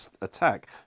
attack